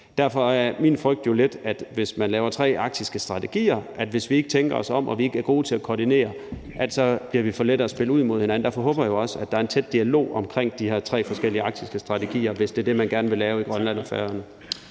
Derfor er min frygt jo lidt, at vi, hvis man laver tre arktiske strategier og vi ikke tænker os om og vi ikke er gode til at koordinere, så bliver for lette at spille ud imod hinanden. Derfor håber jeg jo også, at der er en tæt dialog omkring de her tre forskellige arktiske strategier, hvis det er det, man gerne vil lave i Grønland og Færøerne.